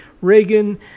Reagan